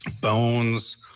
bones